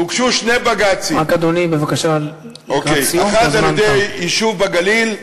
הוגשו שני בג"צים: אחד על-ידי יישוב בגליל,